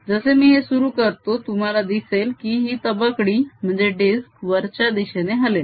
जसे मी हे सुरु करतो तुम्हाला दिसेल की ही तबकडी वरच्या दिशेने हलेल